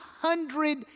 hundred